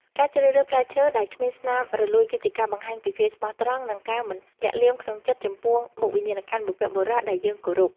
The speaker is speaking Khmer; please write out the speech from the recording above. ការជ្រើសរើសផ្លែឈើដែលគ្មានស្នាមរលួយគឺជាការបង្ហាញពីភាពស្មោះត្រង់ និង ការមិនលាក់លៀមក្នុងចិត្តចំពោះមុខវិញ្ញាណក្ខន្ធបុព្វបុរសដែលយើងគោរព។